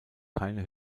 keine